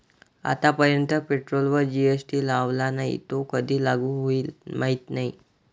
आतापर्यंत पेट्रोलवर जी.एस.टी लावला नाही, तो कधी लागू होईल माहीत नाही